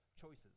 choices